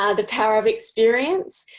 ah the power of experience.